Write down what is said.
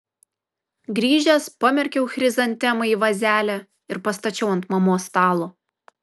grįžęs pamerkiau chrizantemą į vazelę ir pastačiau ant mamos stalo